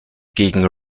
gegen